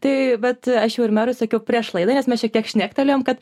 tai vat aš jau ir merui sakiau prieš laidą nes mes šiek tiek šnektelėjom kad